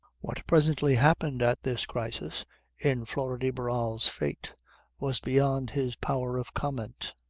what presently happened at this crisis in flora de barral's fate was beyond his power of comment,